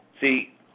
See